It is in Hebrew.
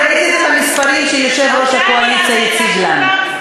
אני אגיד את המספרים שיושב-ראש הקואליציה הציג לנו.